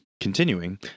continuing